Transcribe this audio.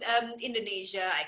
Indonesia